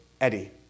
Eddie